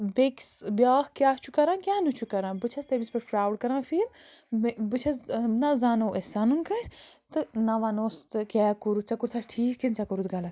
بیٚکِس بیٛاکھ کیٛاہ چھُ کَران کیٛاہ نہٕ چھُ کَران بہٕ چھَس تٔمِس پٮ۪ٹھ پرٛاوُڈ کَران فیٖل مےٚ بہٕ چھَس نَہ زانو أسۍ سَنُن کٲنٛسہِ تہٕ نَہ وَنوس ژےٚ کیٛاہ کوٚرُتھ ژےٚ کوٚرتھَہ ٹھیٖک کِنہٕ ژےٚ کوٚرُتھ غلط